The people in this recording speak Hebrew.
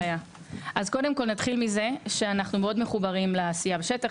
אז קודם כל נתחיל מזה שאנחנו מאוד מחוברים לעשייה בשטח.